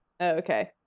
okay